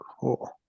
Cool